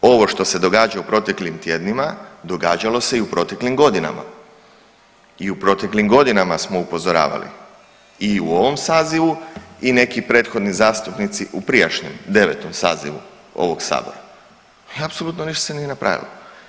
Ovo što se događa u proteklim tjednima događalo se i u proteklim godinama i u proteklim godinama smo upozoravali i u ovom sazivu i neki prethodni zastupnici u prijašnjem 9. sazivu ovog sabora i apsolutno ništa se nije napravilo.